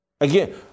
Again